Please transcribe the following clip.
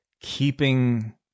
keeping